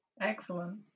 excellent